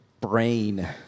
brain